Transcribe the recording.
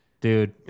Dude